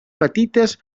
petites